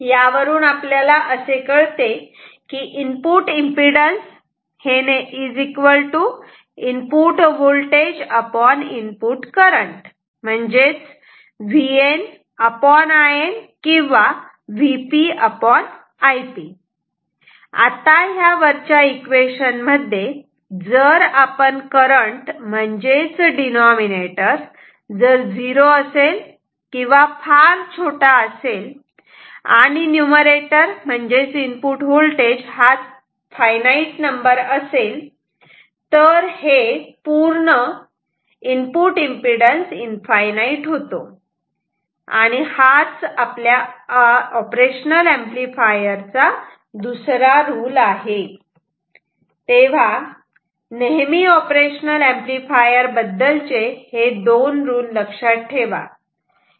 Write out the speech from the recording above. input impedance input voltage input voltageइनपुट current VNIN or VpIp आता इथे या इक्वेशन मध्ये जर करंट म्हणजेच डीनोमिनेटर जर झिरो असेल किंवा फार छोटा असेल आणि न्यूमरेटर फाईनाईट नंबर असेल तर हे इनफायनाईट होते आणि हाच ऑपरेशनल ऍम्प्लिफायर चा दुसरा रूल आहे तेव्हा नेहमी ऑपरेशनल ऍम्प्लिफायर बद्दलचे हे दोन रूल लक्षात ठेवा